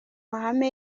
mahame